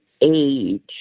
age